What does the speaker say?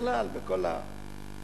בכלל, בכל הפריפריה.